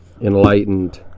enlightened